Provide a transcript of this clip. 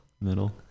Middle